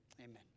Amen